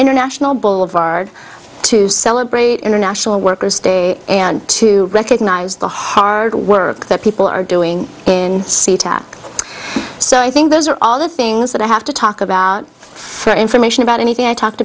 international boulevard to celebrate international workers day and to recognize the hard work that people are doing in sea tac so i think those are all the things that i have to talk about for information about anything i talked